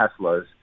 Teslas